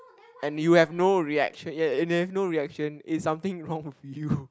and you have no reaction ya and there's no reaction it's something wrong with you